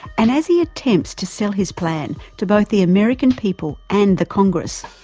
and as he attempts to sell his plan to both the american people and the congress,